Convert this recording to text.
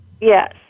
Yes